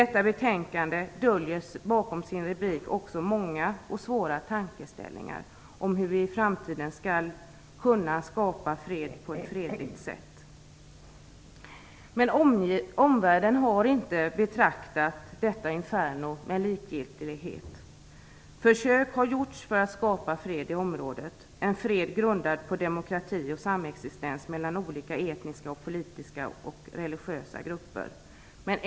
Detta betänkande döljer bakom sin rubrik också många och svåra tankeställare om hur vi i framtiden skall kunna skapa fred på ett fredligt sätt. Omvärlden har inte betraktat detta inferno med likgiltighet. Försök har gjorts för att skapa fred i området, en fred grundad på demokrati och samexistens mellan olika etniska, politiska och religiösa grupper.